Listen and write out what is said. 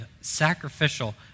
sacrificial